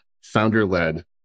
founder-led